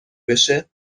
بشه